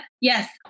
Yes